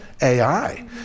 AI